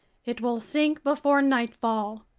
it will sink before nightfall.